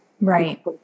Right